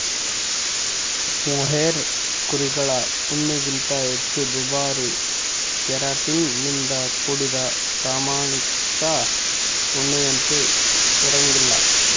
mohair ಕುರಿಗಳ ಉಣ್ಣೆಗಿಂತ ಹೆಚ್ಚು ದುಬಾರಿ ಕೆರಾಟಿನ್ ನಿಂದ ಕೂಡಿದ ಪ್ರಾಮಾಣಿತ ಉಣ್ಣೆಯಂತೆ ಇರಂಗಿಲ್ಲ